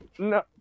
No